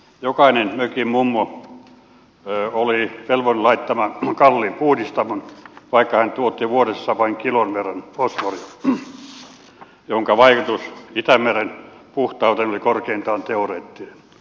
jokainen mökin mummo oli velvollinen laittamaan kalliin puhdistamon vaikka hän tuotti vuodessa vain kilon verran fosforia jonka vaikutus itämeren puhtaudelle on korkeintaan teoreettinen